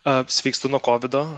a sveikstu nuo kovido